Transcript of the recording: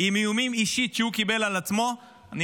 עם איומים שהוא קיבל על עצמו אישית.